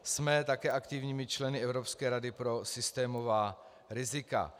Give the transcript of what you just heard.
Jsme také aktivními členy Evropské rady pro systémová rizika.